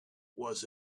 was